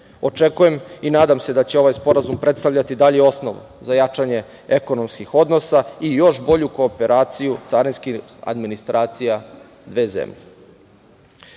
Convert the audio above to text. Očekujem i nadam se da će ovaj sporazum predstavljati dalji osnov za jačanje ekonomskih odnosa i još bolju kooperaciju carinskih administracija dve zemlje. Dok